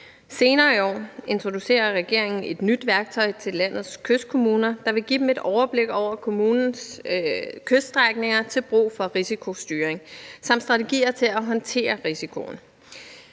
Senere i år introducerer regeringen et nyt værktøj til landets kystkommuner, der vil give dem et overblik over kommunens kyststrækninger til brug for risikostyring samt strategier til at håndtere risikoen.